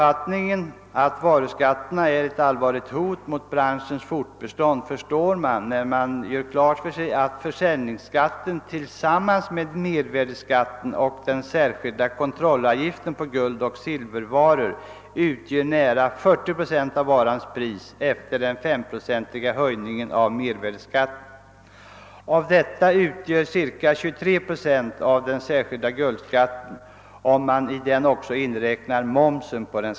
Att varuskatterna är ett allvarligt hot mot branschens fortbestånd förstår man när man gör klart för sig att försäljningsskatten tillsammans med mervärdeskatten och den särskilda kontrollavgiften på guldoch silvervaror utgör nära 40 procent av varans pris efter den 5-procentiga höjningen av mervärdeskatten. Härav utgörs ca 23 procent av den särskilda guldskatten, om man i denna också räknar in momsen.